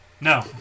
No